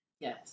Yes